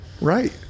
Right